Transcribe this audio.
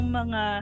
mga